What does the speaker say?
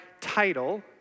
title